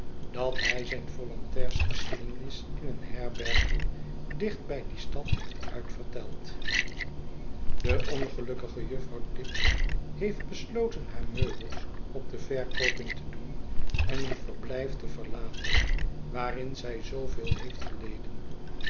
dat hij zijn volontairsgeschiedenis in een herbergje dicht bij die stad heeft uitverteld de ongelukkige juffrouw tibbs heeft besloten haar meubels op de verkooping te doen en een verblijf te verlaten waarin zij zoo veel heeft geleden